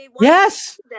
Yes